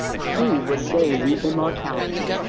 she would gain immortality.